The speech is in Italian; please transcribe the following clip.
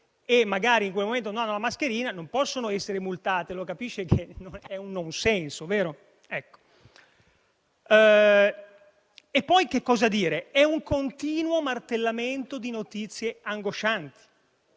e magari in quel momento non hanno la mascherina non possono essere multate, capisce che è un non senso. Inoltre, c'è un continuo martellamento di notizie angoscianti.